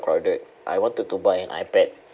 crowded I wanted to buy an ipad